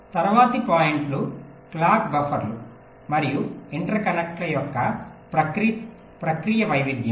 తరువాతి పాయింట్లు క్లాక్ బఫర్లు మరియు ఇంటర్కనెక్ట్ల యొక్క ప్రక్రియ వైవిధ్యం